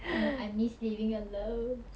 ya I miss living alone